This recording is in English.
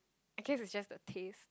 I guess it was just the taste